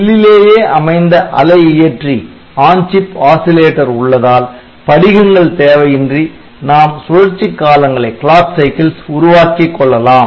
சில்லிலேயே அமைந்த அலை இயற்றி உள்ளதால் படிகங்கள் தேவையின்றி நாம் சுழற்சி காலங்களை உருவாக்கிக் கொள்ளலாம்